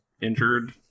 injured